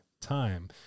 time